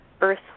Earth